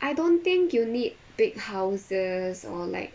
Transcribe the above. I don't think you need big houses or like